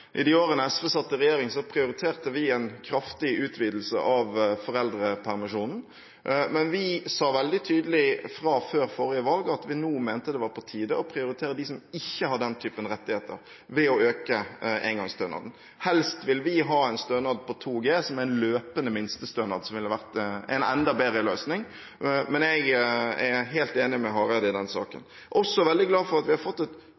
I de årene SV satt i regjering, prioriterte vi en kraftig utvidelse av foreldrepermisjonen, men før forrige valg sa vi ved å øke engangsstønaden veldig tydelig fra at det er på tide å prioritere dem som ikke har den type rettigheter. Helst vil vi ha en stønad på 2 G som en løpende minstestønad, som ville ha vært en enda bedre løsning, men jeg er helt enig med Hareide i denne saken. Jeg er også veldig glad for at vi har tatt et